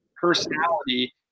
personality